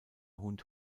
hund